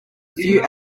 few